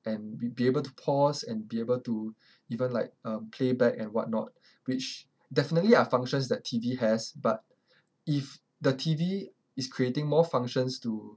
and be be able to pause and be able to even like um playback and whatnot which definitely are functions that T_V has but if the T_V is creating more functions to